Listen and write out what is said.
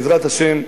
בעזרת השם,